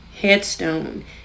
headstone